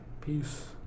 peace